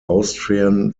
austrian